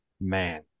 man